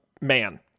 man